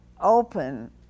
open